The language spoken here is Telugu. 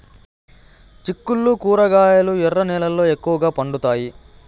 చిక్కుళ్లు కూరగాయలు ఎర్ర నేలల్లో ఎక్కువగా పండుతాయా